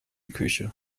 küche